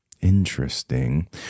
Interesting